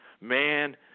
Man